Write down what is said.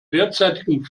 derzeitigen